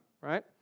right